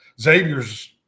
Xavier's